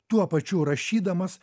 tuo pačiu rašydamas